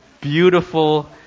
beautiful